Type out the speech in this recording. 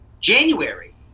january